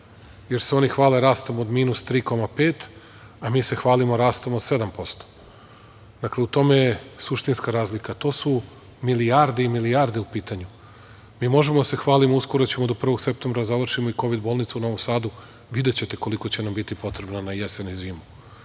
jer se oni hvale rastom od -3,5, a mi se hvalimo rastom od 7%. Dakle, u tome je suštinska razlika. To su milijarde i milijarde u pitanju. Mi možemo da se hvalimo. Uskoro ćemo do 1. septembra da završimo i Kovid bolnicu u Novom Sadu, videćete koliko će nam biti potrebna na jesen i zimu,